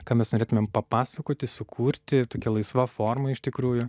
ką mes norėtumėm papasakoti sukurti tokia laisva forma iš tikrųjų